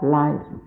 life